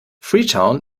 freetown